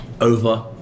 over